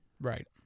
Right